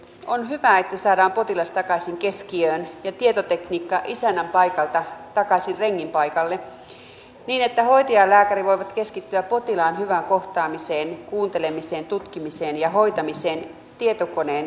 on hyvä että saadaan potilas takaisin keskiöön ja tietotekniikka isännän paikalta takaisin rengin paikalle niin että hoitaja ja lääkäri voivat keskittyä potilaan hyvään kohtaamiseen kuuntelemiseen tutkimiseen ja hoitamiseen tietokoneen hoitamisen sijaan